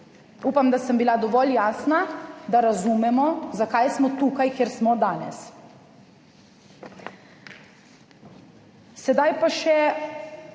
Upam, da sem bila dovolj jasna, da razumemo zakaj smo tukaj kjer smo danes. Sedaj pa še